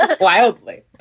Wildly